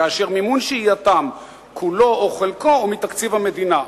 כאשר מימון שהייתם כולו או חלקו הוא מתקציב המדינה.